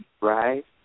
right